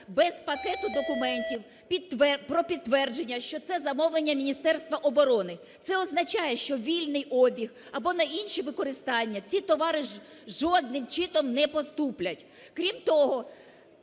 без пакету документів про підтвердження, що це замовлення Міністерства оборони. Це означає, що вільний обіг або інші використання ці товари жодним чином не поступлять. Крім того,